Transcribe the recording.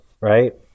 right